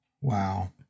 Wow